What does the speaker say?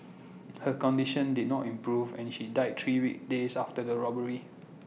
her condition did not improve and she died three days after the robbery